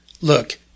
Look